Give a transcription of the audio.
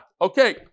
Okay